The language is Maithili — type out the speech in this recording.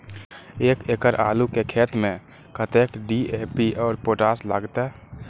एक एकड़ आलू के खेत में कतेक डी.ए.पी और पोटाश लागते?